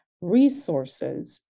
resources